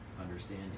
understanding